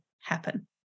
happen